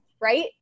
Right